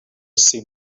seem